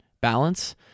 balance